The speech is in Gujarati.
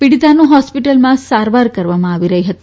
પીડીતાનું હોસ્પિટલમાં સારવાર કરવામાં આવી રહી હતી